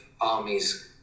armies